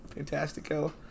Fantastico